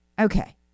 Okay